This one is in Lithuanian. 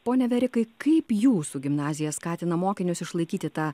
pone verikai kaip jūsų gimnazija skatina mokinius išlaikyti tą